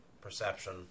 perception